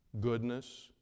goodness